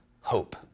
hope